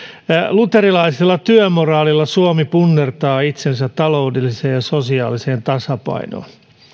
luterilaisella työmoraalilla suomi punnertaa itsensä taloudelliseen ja sosiaaliseen tasapainoon